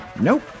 Nope